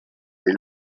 les